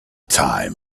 time